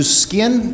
skin